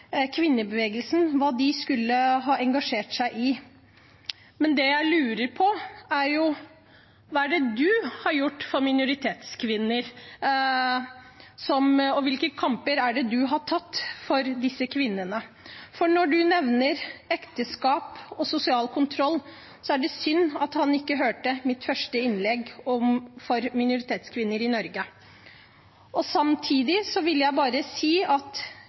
kvinnebevegelsen skulle ha engasjert seg i. Men det jeg lurer på, er: Hva er det du har gjort for minoritetskvinner, og hvilke kamper er det du har tatt for disse kvinnene? For når han nevner ekteskap og sosial kontroll, er det synd at han ikke hørte mitt første innlegg, om minoritetskvinner i Norge. Samtidig vil jeg bare si at